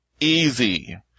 easy